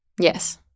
Yes